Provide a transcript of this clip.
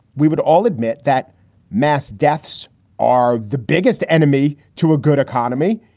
we would all admit that mass deaths are the biggest enemy to a good economy.